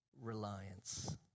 reliance